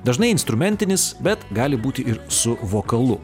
dažnai instrumentinis bet gali būti ir su vokalu